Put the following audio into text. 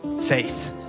Faith